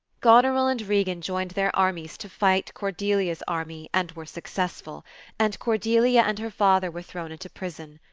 goneril and regan joined their armies to fight cordelia's army, and were successful and cordelia and her father were thrown into prison.